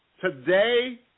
Today